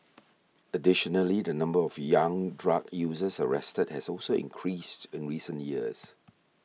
additionally the number of young drug users arrested has also increased in recent years